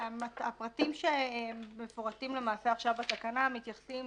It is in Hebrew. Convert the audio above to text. הפרטים שמפורטים בתקנה הזאת מתייחסים